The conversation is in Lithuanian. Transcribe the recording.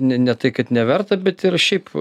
ne ne tai kad neverta bet ir šiaip